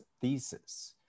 thesis